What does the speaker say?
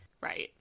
Right